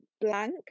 blank